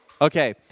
Okay